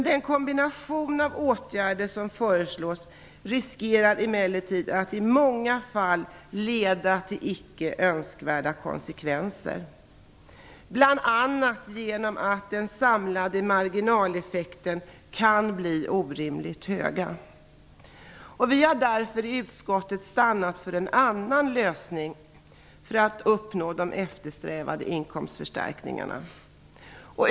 Den kombination av åtgärder som föreslås riskerar emellertid att i många fall leda till icke önskvärda konsekvenser, bl.a. genom att den samlade marginaleffekten kan bli orimligt hög. I utskottet har vi därför stannat för en annan lösning för att uppnå de eftersträvade inkomstförstärkningarna.